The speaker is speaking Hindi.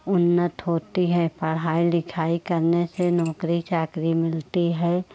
उन्नत होती है पढ़ाई लिखाई करने से नौकरी चाकरी मिलती है